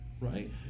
right